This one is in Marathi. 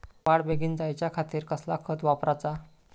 वाढ बेगीन जायच्या खातीर कसला खत वापराचा?